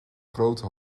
grote